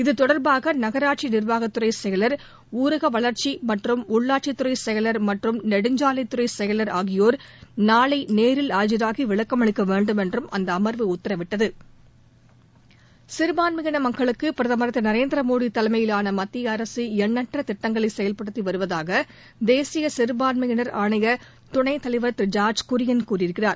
இத்தொடர்பாக நகராட்சி நிர்வாகத் துறை செயலர் ஊரக வளர்ச்சி மற்றும் உள்ளாட்சித் துறை செயல் மற்றும் நெடுஞ்சாலைத் துறை செயல் ஆகியோா் நாளை நேரில் ஆஜராகி விளக்கமளிக்க வேண்டும் என்றும் அந்த அம்வு உத்தரவிட்டது சிறபான்மையின மக்களுக்கு பிரதமர் திரு நரேந்திர மோடி தலைமையிலான மத்திய அரசு எண்ணற்ற திட்டங்களை செயல்படுத்தி வருவதாக தேசிய சிறுபான்மையினா் ஆணைய துணைத்தலைவா் திரு ஜார்ஜ் குரியன் கூறியிருக்கிறார்